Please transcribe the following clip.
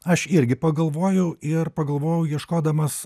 aš irgi pagalvojau ir pagalvojau ieškodamas